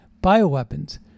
bioweapons